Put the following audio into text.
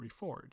reforged